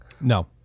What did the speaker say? No